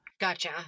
gotcha